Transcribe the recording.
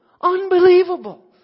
Unbelievable